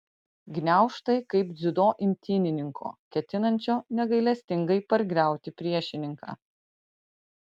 gniaužtai kaip dziudo imtynininko ketinančio negailestingai pargriauti priešininką